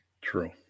True